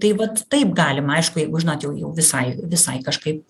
tai vat taip galima aišku jeigu žinot jau jau visai visai kažkaip